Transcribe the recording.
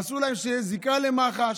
אסור שתהיה להם זיקה למח"ש.